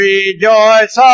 Rejoice